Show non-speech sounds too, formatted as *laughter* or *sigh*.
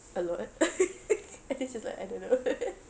a lot *laughs* and then she's like I don't know *laughs*